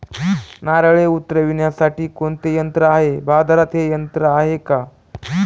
नारळे उतरविण्यासाठी कोणते यंत्र आहे? बाजारात हे यंत्र आहे का?